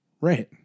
Right